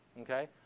Okay